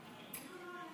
אתה מסתתר לי מאחורי